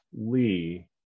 Lee